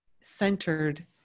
centered